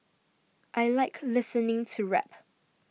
I like listening to rap